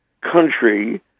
country